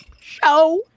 show